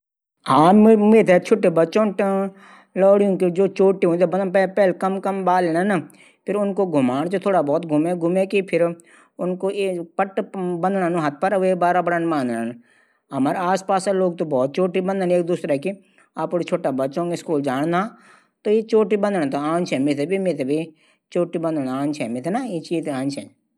हमरू देश मा सबसे ज्यादा फुटबाल मैच खिलण पंसद करै ज्यांदू